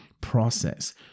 process